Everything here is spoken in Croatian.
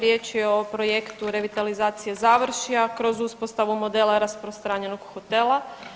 Riječ je o projektu revitalizacije Završja kroz uspostavu modela rasprostranjenog hotela.